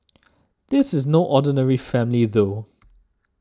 this is no ordinary family though